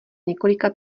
několika